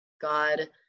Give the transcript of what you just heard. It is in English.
God